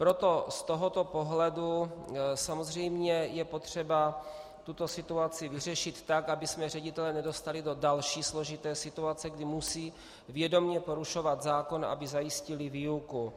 Proto z tohoto pohledu samozřejmě je potřeba tuto situaci vyřešit tak, abychom ředitele nedostali do další složité situace, kdy musí vědomě porušovat zákon, aby zajistili výuku.